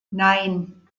nein